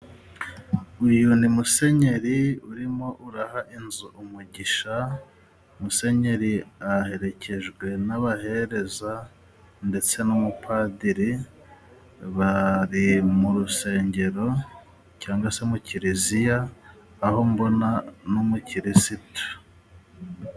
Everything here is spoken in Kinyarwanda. Uyu ni Musenyeri urimo uraha inzu umugisha musenyeri aherekejwe n'abahereza ndetse n'umupadiri bari mu rusengero cyangwa se mu kiliziya aho mbona n'umukirisitu.